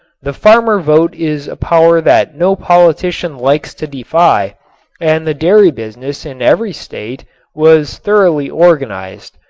the farmer vote is a power that no politician likes to defy and the dairy business in every state was thoroughly organized.